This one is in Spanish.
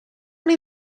una